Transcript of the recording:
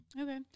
Okay